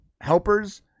helpers